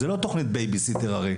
זה הרי לא תוכנית בייבי סיטר.